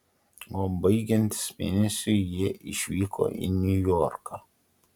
o baigiantis mėnesiui jie išvyko į niujorką